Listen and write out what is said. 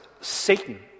Satan